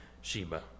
Sheba